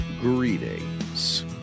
greetings